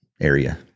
area